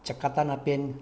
jakarta 那边